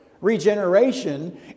regeneration